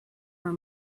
were